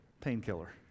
painkiller